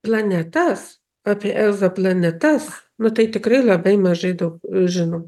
planetas apie egzoplanetas nu tai tikrai labai mažai daug žino